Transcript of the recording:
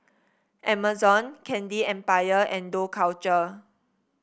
Amazon Candy Empire and Dough Culture